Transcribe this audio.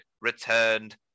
returned